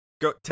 go